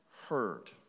heard